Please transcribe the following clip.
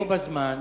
בו בזמן,